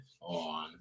on